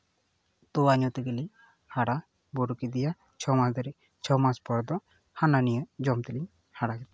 ᱛᱳᱣᱟ ᱧᱩ ᱛᱮᱜᱮᱞᱤᱧ ᱦᱟᱨᱟ ᱵᱩᱨᱩ ᱠᱮᱫᱮᱭᱟ ᱪᱷᱚ ᱢᱟᱥ ᱫᱷᱟᱹᱨᱤᱡ ᱪᱷᱚ ᱢᱟᱥ ᱯᱚᱨ ᱫᱚ ᱦᱟᱱᱟ ᱱᱤᱭᱟᱹ ᱡᱚᱢ ᱛᱮᱞᱮᱧ ᱦᱟᱨᱟ